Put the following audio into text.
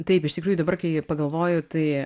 taip iš tikrųjų dabar kai pagalvoju tai